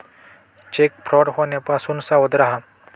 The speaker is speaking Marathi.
चेक फ्रॉड होण्यापासून सावध रहा